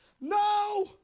No